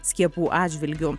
skiepų atžvilgiu